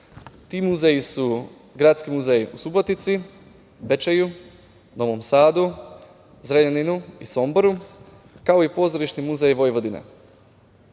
Ti muzeji su Gradski muzej u Subotici, Bečeju, Novom Sadu, Zrenjaninu i Somboru, kao i Pozorišni muzej Vojvodine.